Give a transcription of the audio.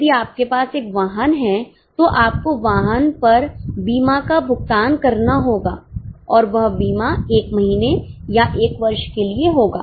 यदि आपके पास एक वाहन हैं तो आपको वाहन पर बीमा का भुगतान करना होगा और वह बीमा 1 महीने या 1 वर्ष के लिए होगा